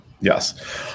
yes